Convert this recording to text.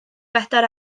bedair